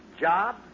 job